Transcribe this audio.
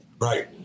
Right